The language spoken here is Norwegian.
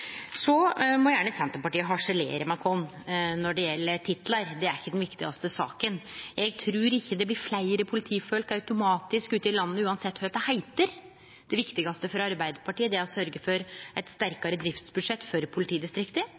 må gjerne harselere med oss når det gjeld titlar. Det er ikkje den viktigaste saka. Eg trur ikkje det automatisk blir fleire politifolk ute i landet uansett kva det heiter. Det viktigaste for Arbeidarpartiet er å sørgje for eit sterkare driftsbudsjett for politidistrikta,